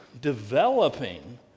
developing